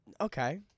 Okay